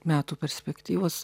metų perspektyvos